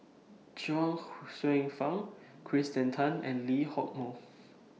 Chuang Hsueh Fang Kirsten Tan and Lee Hock Moh